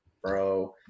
bro